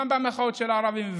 גם במחאות של הערבים,